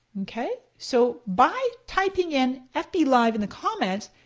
okay? so by typing in fblive in the comments,